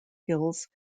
hills